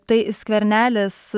tai skvernelis